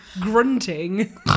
grunting